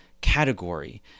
category